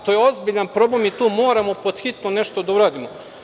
To je ozbiljan problem i to moramo pod hitno nešto da uradimo.